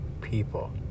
people